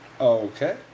Okay